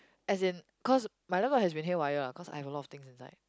as in cause my laptop has been haywire lah cause I have a lot of things inside